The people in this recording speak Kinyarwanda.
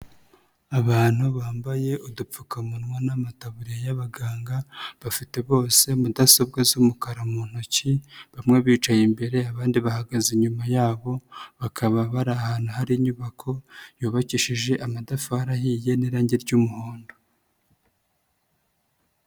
Abantu bambaye udupfukamunwa n'amataburiya y'abaganga, bafite bose mudasobwa z'umukara mu ntoki, bamwe bicaye imbere, abandi bahagaze inyuma yabo, bakaba bari ahantu hari inyubako yubakishije amatafari ahiye n'irangi ry'umuhondo.